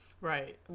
Right